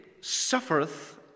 suffereth